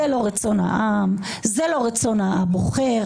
זה לא רצון העם, זה לא רצון הבוחר.